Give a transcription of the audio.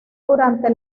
durante